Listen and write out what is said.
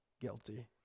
guilty